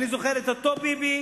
אני זוכר את אותו ביבי